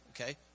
Okay